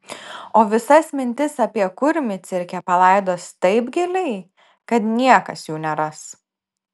o visas mintis apie kurmį cirke palaidos taip giliai kad niekas jų neras